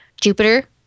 Jupiter